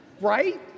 right